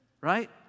right